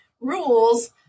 rules